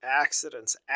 accidents